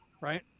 Right